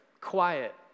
quiet